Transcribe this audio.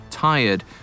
Tired